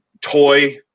toy